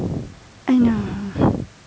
I know